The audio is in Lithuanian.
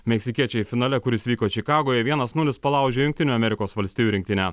meksikiečiai finale kuris vyko čikagoje vienas nulis palaužė jungtinių amerikos valstijų rinktinę